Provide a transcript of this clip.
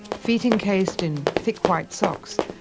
feet encased in thick white socks,